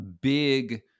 big